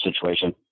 situation